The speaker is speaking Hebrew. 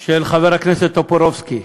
של חבר הכנסת טופורובסקי.